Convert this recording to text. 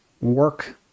work